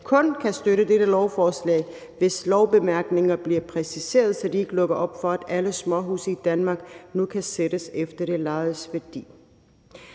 kun kan støtte dette lovforslag, hvis lovbemærkningerne bliver præciseret, så de ikke lukker op for, at alle småhuse i Danmark nu kan sættes efter det lejedes værdi.